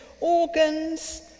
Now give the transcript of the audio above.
organs